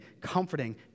comforting